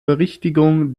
berichtigung